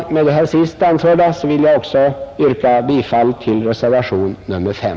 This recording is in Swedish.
Med det anförda vill jag yrka bifall även till reserva 139 tionen 5.